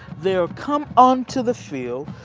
they'll come on to the field,